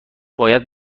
باید